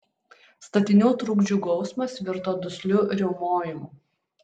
statinių trukdžių gausmas virto dusliu riaumojimu